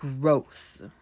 gross